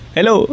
Hello